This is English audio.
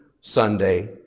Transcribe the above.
Sunday